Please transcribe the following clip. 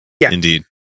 indeed